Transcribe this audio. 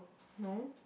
no